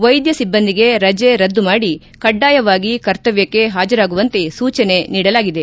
ವೈದ್ಯ ಸಿಬ್ಬಂದಿಗೆ ರಜೆ ರದ್ದು ಮಾಡಿ ಕಡ್ಡಾಯವಾಗಿ ಕರ್ತವ್ಯಕ್ಷೆ ಹಾಜರಾಗುವಂತೆ ಸೂಚನೆ ನೀಡಲಾಗಿದೆ